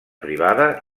privada